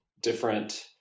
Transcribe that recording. different